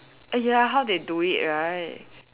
ya how they do it right